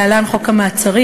להלן: חוק המעצרים,